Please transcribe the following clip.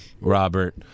Robert